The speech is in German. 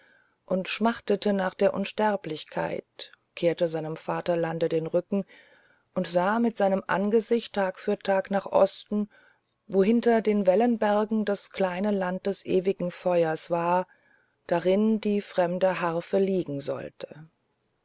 und schmachtete nach der unsterblichkeit kehrte seinem vaterlande den rücken und sah mit seinem angesicht tag für tag nach osten wo hinter den wellenbergen das kleine land des ewigen feuers war darin die fremde harfe liegen sollte